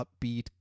upbeat